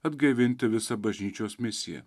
atgaivinti visą bažnyčios misiją